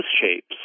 shapes